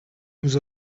nous